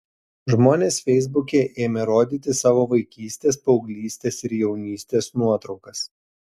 žmonės feisbuke ėmė rodyti savo vaikystės paauglystės ir jaunystės nuotraukas